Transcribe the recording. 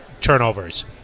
turnovers